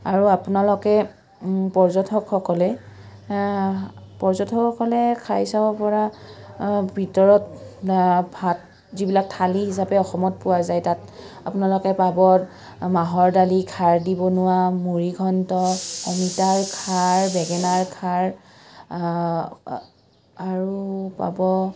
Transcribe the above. আৰু আপোনালোকে পৰ্যটকসকলে পৰ্যটকসকলে খাই চাব পৰা ভিতৰত ভাত যিবিলাক থালি হিচাপে অসমত পোৱা যায় তাত আপোনালোকে পাব মাহৰ দালি খাৰ দি বনোৱা মুড়ি ঘন্ত অমিতাৰ খাৰ বেঙেনাৰ খাৰ আৰু পাব